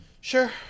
Sure